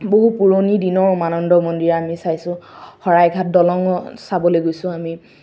বহু পুৰণি দিনৰ উমানন্দ মন্দিৰ আমি চাইছোঁ শৰাইঘাট দলং চাবলে গৈছোঁ আমি